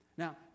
Now